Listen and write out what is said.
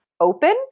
open